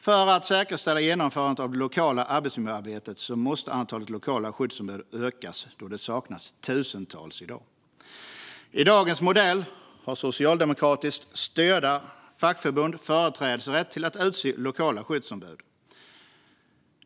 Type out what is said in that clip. För att säkerställa genomförandet av det lokala arbetsmiljöarbetet måste antalet lokala skyddsombud ökas, då det i dag saknas tusentals. I dagens modell har socialdemokratiskt styrda fackförbund företrädesrätt till att utse lokala skyddsombud.